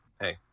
hey